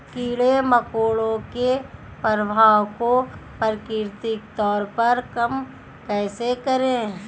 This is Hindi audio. कीड़े मकोड़ों के प्रभाव को प्राकृतिक तौर पर कम कैसे करें?